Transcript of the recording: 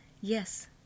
Yes